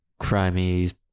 crimey